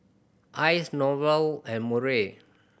Icie Norval and Murray